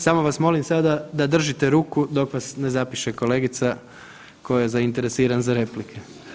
Samo vas molim sada da držite ruku dok vas ne zapiše kolegica tko je zainteresiran za repliku.